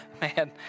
man